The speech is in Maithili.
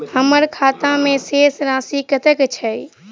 हम्मर खाता मे शेष राशि कतेक छैय?